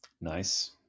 Nice